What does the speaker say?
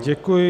Děkuji.